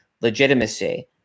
legitimacy